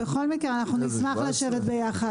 בכל מקרה, נשמח לשבת ביחד.